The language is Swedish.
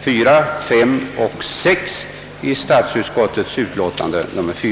4, 5 och 6 vid statsutskottets utlåtande nr 4,